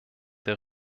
der